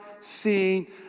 seeing